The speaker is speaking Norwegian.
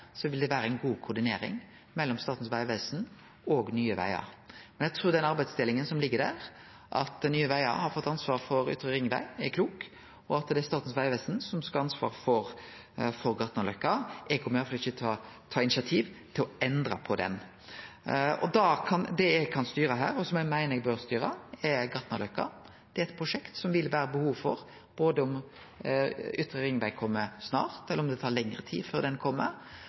vil det vere ei god koordinering mellom Statens vegvesen og Nye Vegar. Men eg trur at den arbeidsdelinga som ligg der, er klok, at Nye Vegar har fått ansvaret for Ytre ringvei, og at det er Statens vegvesen som skal ha ansvaret for Gartnerløkka. Eg kjem iallfall ikkje til å ta initiativ til å endre på det. Det eg kan styre, og som eg meiner eg bør styre, er Gartnerløkka. Det er eit prosjekt som det vil være behov for både om Ytre ringvei kjem snart, eller om det tar lengre tid før